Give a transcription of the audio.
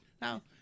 now